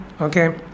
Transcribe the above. okay